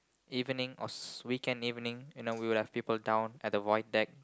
evening or weekend evening you know we would have people down at the void deck